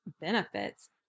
benefits